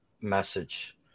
message